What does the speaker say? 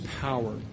power